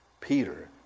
Peter